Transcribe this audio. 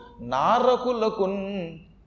Narakulakun